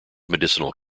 medicinal